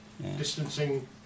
distancing